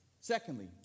Secondly